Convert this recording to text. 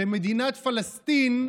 שמדינת פלסטין,